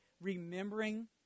remembering